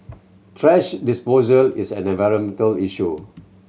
thrash disposal is an environmental issue